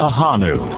Ahanu